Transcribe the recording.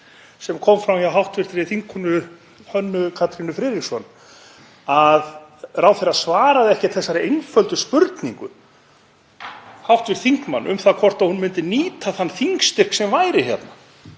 sem kom fram hjá hv. þingkonu Hönnu Katrínu Friðriksson, að ráðherra svaraði ekki þessari einföldu spurningu hv. þingmanns um það hvort hún myndi nýta þann þingstyrk sem væri hérna.